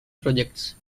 projects